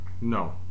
No